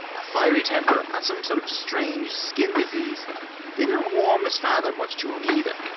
a fiery temper, and some sort of strange skin disease didn't warm his father much too him either.